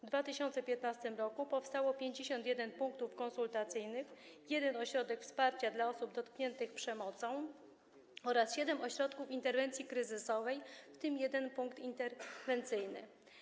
W 2015 r. powstało 51 punktów konsultacyjnych, a także jeden ośrodek wsparcia dla osób dotkniętych przemocą oraz siedem ośrodków interwencji kryzysowej, w tym jeden punkt interwencyjny.